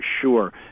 Sure